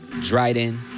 Dryden